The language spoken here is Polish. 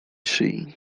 szyi